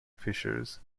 fishers